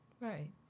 Right